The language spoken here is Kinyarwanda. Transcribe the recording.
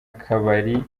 kabari